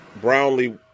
Brownlee